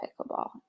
pickleball